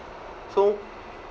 so